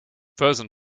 frozen